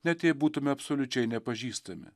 net jei būtume absoliučiai nepažįstami